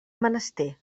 menester